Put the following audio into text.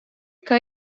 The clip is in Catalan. que